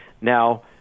Now